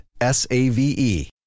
S-A-V-E